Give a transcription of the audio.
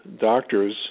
doctors